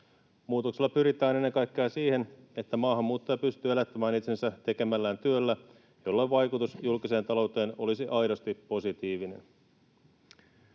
Muutoksella pyritään ennen kaikkea siihen, että maahanmuuttaja pystyy elättämään itsensä tekemällään työllä, jolloin vaikutus julkiseen talouteen olisi aidosti positiivinen.